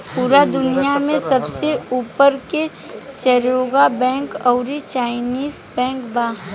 पूरा दुनिया में सबसे ऊपर मे चरगो बैंक अउरी चाइनीस बैंक बा